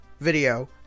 video